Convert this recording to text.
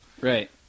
right